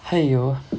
!haiyo!